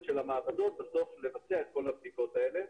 של המעבדות לבצע בסוף את כול הבדיקות האלה.